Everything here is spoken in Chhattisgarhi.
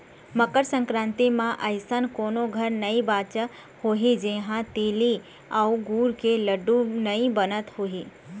मकर संकरांति म अइसन कोनो घर नइ बाचत होही जिहां तिली अउ गुर के लाडू नइ बनत होही